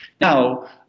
Now